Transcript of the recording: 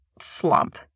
slump